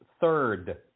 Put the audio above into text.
third